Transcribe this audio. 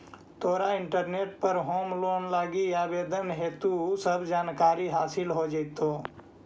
तोरा इंटरनेट पर home loan लागी आवेदन हेतु सब जानकारी हासिल हो जाएतो